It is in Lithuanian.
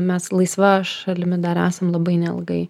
mes laisva šalimi dar esam labai neilgai